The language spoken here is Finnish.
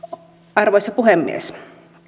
arvoisa puhemies